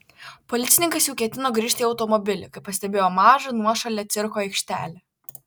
policininkas jau ketino grįžti į automobilį kai pastebėjo mažą nuošalią cirko aikštelę